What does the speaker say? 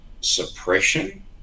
Suppression